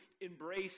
embrace